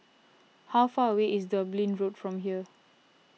how far away is Dublin Road from here